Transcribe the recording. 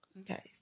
Okay